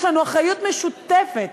יש לנו אחריות משותפת.